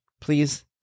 please